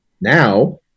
Now